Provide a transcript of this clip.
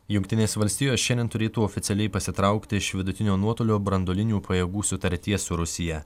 jungtinės valstijos šiandien turėtų oficialiai pasitraukti iš vidutinio nuotolio branduolinių pajėgų sutarties su rusija